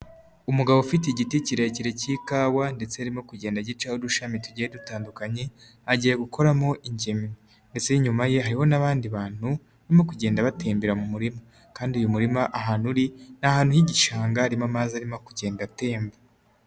Umugabo ufite igiti kirekire k'ikawa ndetse arimo kugenda agica udushami tugenda dutandukanye agiye gukoramo ingemwe, ndetse inyuma ye hari n'abandi bantu barimo kugenda batembera mu murima, kandi uyu murima ahantu uri, ni ahantu h'igishanga harimo amazi arimo kugenda atemba.